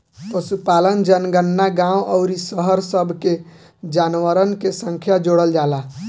पशुपालन जनगणना गांव अउरी शहर सब के जानवरन के संख्या जोड़ल जाला